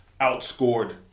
outscored